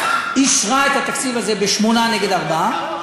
אישרה את התקציב הזה בשמונה נגד ארבעה,